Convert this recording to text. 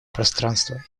пространства